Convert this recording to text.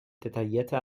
detaillierte